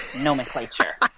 nomenclature